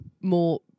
more